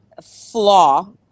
flaw